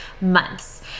months